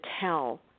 tell